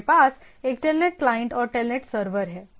हमारे पास एक टेलनेट क्लाइंट और टेलनेट सर्वर है